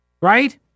right